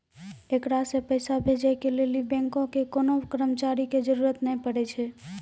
एकरा से पैसा भेजै के लेली बैंको के कोनो कर्मचारी के जरुरत नै पड़ै छै